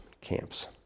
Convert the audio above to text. camps